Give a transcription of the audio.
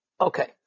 Okay